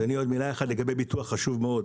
ההצעה של רכישה מהאנשים הקיימים או השכרה היא הצעה הוגנת.